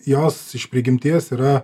jos iš prigimties yra